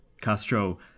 castro